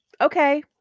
okay